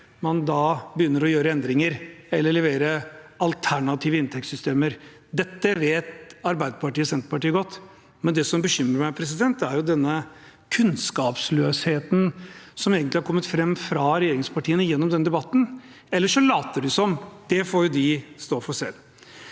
man begynner å gjøre endringer eller levere alternative inntektssystemer. Dette vet Arbeiderpartiet og Senterpartiet godt, men det som bekymrer meg, er egentlig denne kunnskapsløsheten som har kommet fram fra regjeringspartiene gjennom denne debatten – eller så later de som. Det får de stå for selv.